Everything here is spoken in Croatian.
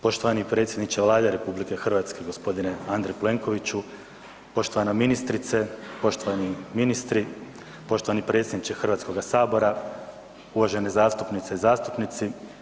Poštovani predsjedniče Vlade RH gospodine Andrej Plenkoviću, poštovana ministrice, poštovani ministre, poštovani predsjedniče Hrvatskoga sabora, uvažene zastupnice i zastupnici.